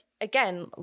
again